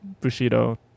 bushido